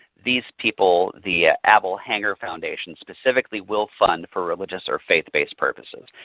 these people the abell-hanger foundation specifically will fund for religious or faith-based services.